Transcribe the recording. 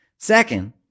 Second